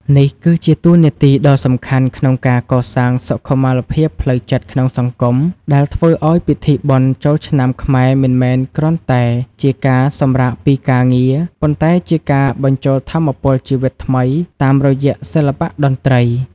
នេះគឺជាតួនាទីដ៏សំខាន់ក្នុងការកសាងសុខុមាលភាពផ្លូវចិត្តក្នុងសង្គម ដែលធ្វើឱ្យពិធីបុណ្យចូលឆ្នាំខ្មែរមិនមែនគ្រាន់តែជាការសម្រាកពីការងារ ប៉ុន្តែជាការបញ្ចូលថាមពលជីវិតថ្មីតាមរយៈសិល្បៈតន្ត្រី។